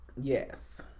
Yes